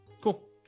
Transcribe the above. cool